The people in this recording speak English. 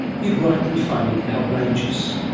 you'd rightly find it outrageous.